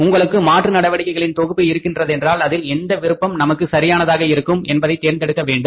உங்களுக்கு மாற்று நடவடிக்கைகளின் தொகுப்பு இருக்கின்றதென்றால் அதில் எந்த விருப்பம் நமக்கு சரியானதாக இருக்கும் என்பதைத் தேர்ந்தெடுக்க வேண்டும்